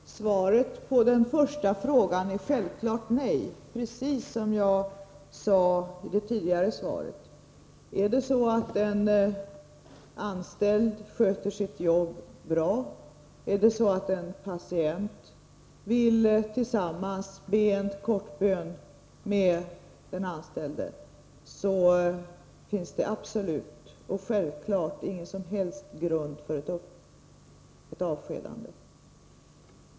Herr talman! Svaret på den första frågan är självfallet nej, precis som jag sade i det tidigare anförandet. Om en anställd sköter sitt arbete bra, och om en patient tillsammans med den anställde vill be en kort bön, finns det absolut ingen som helst grund för ett avskedande.